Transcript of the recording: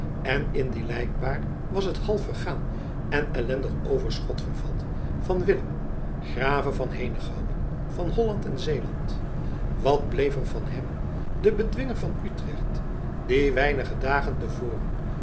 en in die lijkbaar was het half vergaan en ellendig overschot vervat van willem grave van henegouwen van holland en zeeland wat bleef er van hem den bedwinger van utrecht die weinige dagen te voren